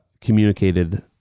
communicated